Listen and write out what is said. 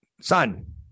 son